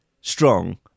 strong